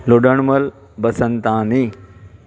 Ludanmal Basantani